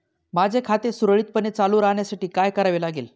माझे खाते सुरळीतपणे चालू राहण्यासाठी काय करावे लागेल?